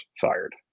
fired